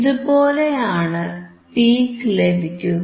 ഇതുപോലെയാണ് പീക് ലഭിക്കുക